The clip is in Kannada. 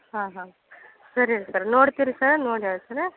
ಹಾಂ ಹಾಂ ಸರಿ ರೀ ಸರ್ ನೋಡ್ತಿರಿ ಸರ್ ನೋಡಿ ಹೇಳ್ತಿರಾ